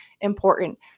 important